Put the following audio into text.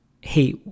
hey